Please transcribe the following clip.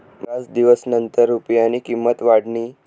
बराच दिवसनंतर रुपयानी किंमत वाढनी